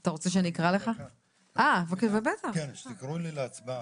אני מבקש שתקראו לי להצבעה.